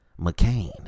McCain